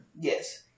Yes